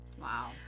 Wow